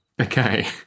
okay